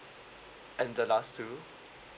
and the last two